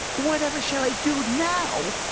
whatever shall i do now?